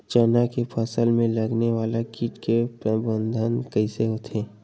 चना के फसल में लगने वाला कीट के प्रबंधन कइसे होथे?